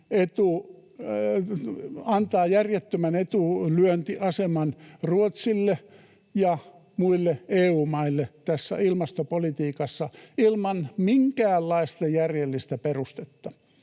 antaa järjettömän etulyöntiaseman Ruotsille ja muille EU-maille tässä ilmastopolitiikassa ilman minkäänlaista järjellistä perustetta.